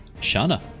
Shana